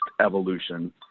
evolution